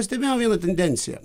pastebėjau vieną tendenciją